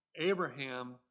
Abraham